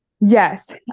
Yes